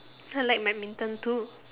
I like badminton too